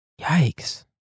Yikes